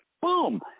Boom